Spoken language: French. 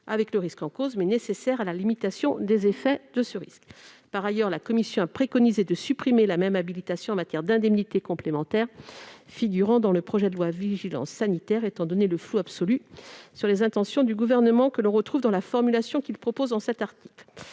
avec le risque en cause, mais nécessaires à la limitation des effets de ce risque. Par ailleurs, la commission a préconisé de supprimer la même habilitation en matière d'indemnités complémentaires figurant dans le projet de loi portant diverses dispositions de vigilance sanitaire, étant donné le flou absolu sur les intentions du Gouvernement que l'on retrouve dans la formulation de cet article.